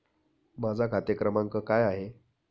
माझा खाते क्रमांक काय आहे?